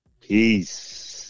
Peace